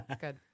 Good